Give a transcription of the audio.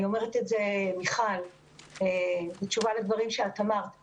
אני אומרת את זה בתשובה לדברים שאמרה מיכל מנקס.